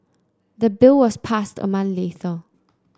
the bill was passed a month later